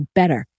better